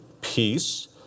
peace